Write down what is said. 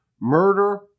murder